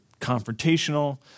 confrontational